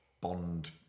Bond